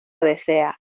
desea